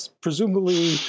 Presumably